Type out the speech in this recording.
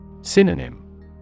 Synonym